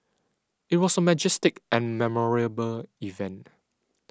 it was a majestic and memorable event